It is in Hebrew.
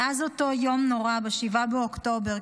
מאז אותו יום נורא ב-7 באוקטובר,